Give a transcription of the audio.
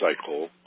cycle